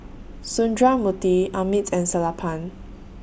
Sundramoorthy Amit and Sellapan